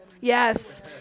yes